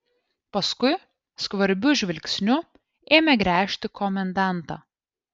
paskui skvarbiu žvilgsniu ėmė gręžti komendantą